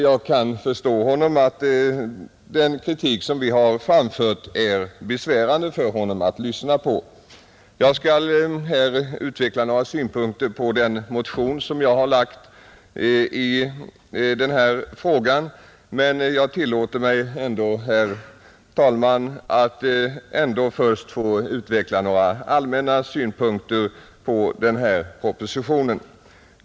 Jag kan förstå att den kritik som vi har framfört är besvärande för honom att lyssna på. Jag skall här anföra några tankar om den motion som jag har lagt fram i den här frågan, men jag tillåter mig ändå, herr talman, att först utveckla några allmänna synpunkter på propositionen.